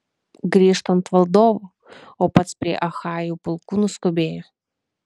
grįžtant valdovo o pats prie achajų pulkų nuskubėjo